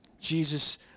Jesus